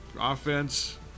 offense